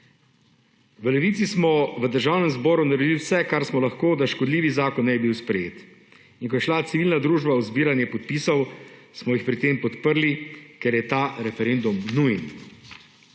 V Levici smo v Državnem zboru naredili vse, kar smo lahko, da škodljivi zakon ne bi bil sprejet, in ko je šla civilna družba v zbiranje podpisov, smo jih pri tem podprli, ker je ta referendum nujen.